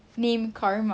named karma